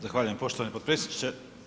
Zahvaljujem poštovani potpredsjedniče.